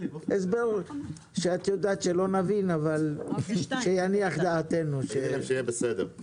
הסבר שאת יודעת שלא נבין אבל שיניח את דעתנו שאנחנו